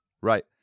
Right